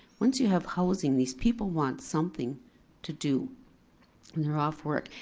once you have housing, these people want something to do when they're off work.